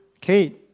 Kate